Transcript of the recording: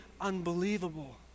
unbelievable